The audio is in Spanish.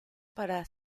para